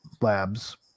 Labs